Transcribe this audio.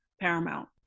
paramount